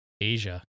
Asia